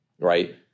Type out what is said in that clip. right